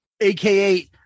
aka